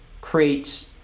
creates